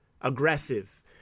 aggressive